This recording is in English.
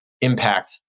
impact